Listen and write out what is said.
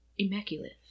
Immaculate